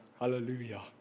hallelujah